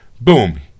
Boom